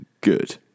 Good